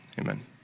amen